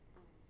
oh